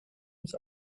nicht